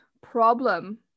problem